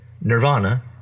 Nirvana